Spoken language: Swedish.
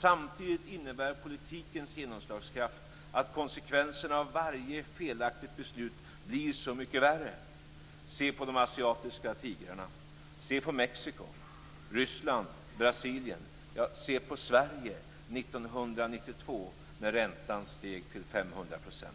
Samtidigt innebär politikens genomslagskraft att konsekvenserna av varje felaktigt beslut blir så mycket värre. Se på de asiatiska tigrarna. Se på Mexiko, Ryssland och Brasilien. Ja, se på Sverige 1992, då räntan steg till 500 %.